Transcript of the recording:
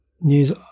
news